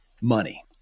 money